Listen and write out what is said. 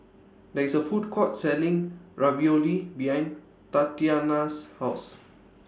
There IS A Food Court Selling Ravioli behind Tatyanna's House